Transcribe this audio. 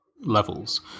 levels